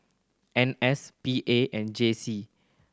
N S P A and J C